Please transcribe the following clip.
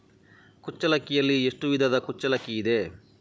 ಕುಚ್ಚಲಕ್ಕಿಯಲ್ಲಿ ಎಷ್ಟು ವಿಧದ ಕುಚ್ಚಲಕ್ಕಿ ಇದೆ?